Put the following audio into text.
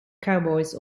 cowboys